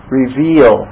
reveal